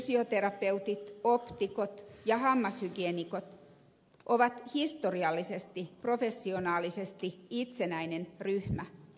ravintoterapeutit fysioterapeutit optikot ja hammashygieenikot ovat historiallisesti professionaalisesti itsenäinen ryhmä